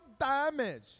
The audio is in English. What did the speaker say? damage